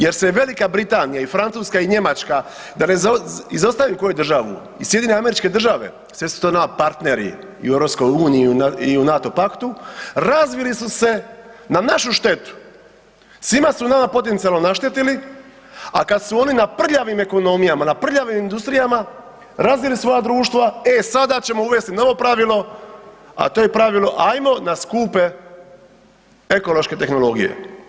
Jer se V. Britanija i Francuska i Njemačka, da ne izostavim koju državu, i SAD, sve su to nama partneri i EU-u i u NATO paktu, razvili su se na našu štetu, svima su nama potencijalno naštetili a kad su na prljavim ekonomijama, na prljavim industrijama razvili svoja društva, e sada ćemo uvesti novo pravilo, a to je pravilo ajmo na skupe ekološke tehnologije.